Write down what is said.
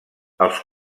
els